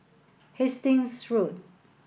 Hastings Road